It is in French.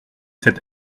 cette